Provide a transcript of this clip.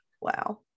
wow